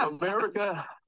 america